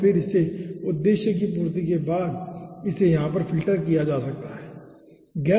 और फिर इसे उद्देश्य की पूर्ती के बाद इसे यहाँ पर फ़िल्टर किया जा सकता है ठीक है